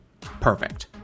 perfect